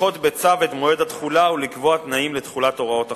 לדחות בצו את מועד התחולה ולקבוע תנאים לתחולת הוראות החוק.